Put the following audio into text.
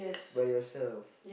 by yourself